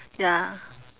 ya